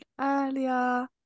earlier